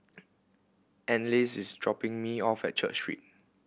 Anneliese is dropping me off at Church Street